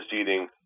eating